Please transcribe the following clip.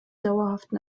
dauerhaften